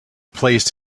placed